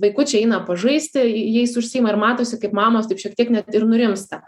vaikučiai eina pažaisti jais užsiima ir matosi kaip mamos taip šiek tiek net ir nurimsta